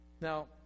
Now